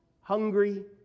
hungry